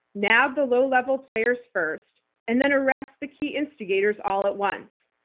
nab the low-level players first and then arrest the key instigators all at once.